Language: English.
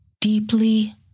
deeply